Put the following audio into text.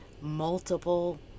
multiple